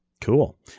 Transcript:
Cool